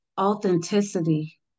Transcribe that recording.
authenticity